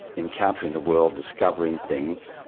encountering the world, discovering things,